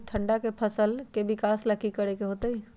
ठंडा में फसल के विकास ला की करे के होतै?